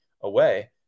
away